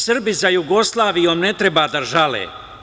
Srbi za Jugoslavijom ne treba da žale.